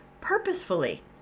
purposefully